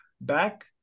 back